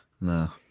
No